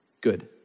good